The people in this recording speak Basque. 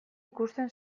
ikusten